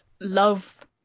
love